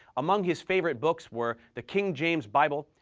among his favorite books were the king james bible,